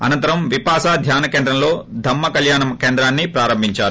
అనంతరం విపాస ధ్యాన కేంద్రంలో ధమ్మ కళ్యాణ కేంద్రాన్ని ప్రారంభించారు